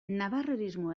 navarrerismo